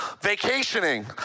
vacationing